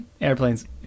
Airplanes